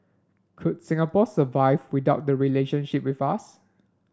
could Singapore survive without the relationship with us